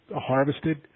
harvested